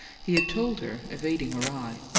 he had told her, evading her eye,